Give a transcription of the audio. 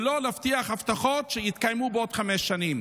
ולא להבטיח הבטחות שיתקיימו בעוד חמש שנים.